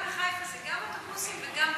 בחיפה זה גם אוטובוסים וגם בתי-הזיקוק.